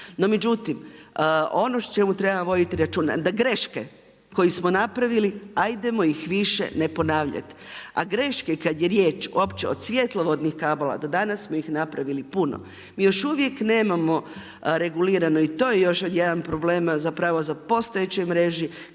No međutim ono o čemu treba voditi računa, da greške koje smo napravili ajdemo ih više ne ponavljati. A greške kada je riječ uopće od svjetlovodnih kablova do danas smo ih napravili puno. Mi još uvijek nemamo regulirano to i to je još jedan problem … za postojećoj mreži